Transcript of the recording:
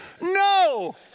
No